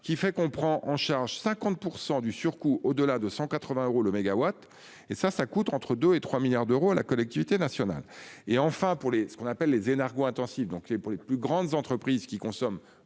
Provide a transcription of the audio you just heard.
qui fait qu'on prend en charge 50% du surcoût au-delà de 180 euros le mégawatt. Et ça ça coûte entre 2 et 3 milliards d'euros à la collectivité nationale et enfin pour les ce qu'on appelle les énarques intensif donc et pour les plus grandes entreprises qui consomment